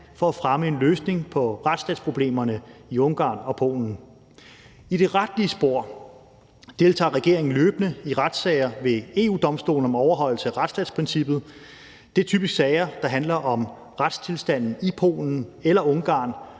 for at fremme en løsning på retsstatsproblemerne i Ungarn og Polen. I det retlige spor deltager regeringen løbende i retssager ved EU-Domstolen om overholdelse af retsstatsprincippet. Det er typisk sager, der handler om retstilstanden i Polen eller Ungarn.